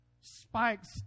spikes